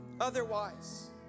otherwise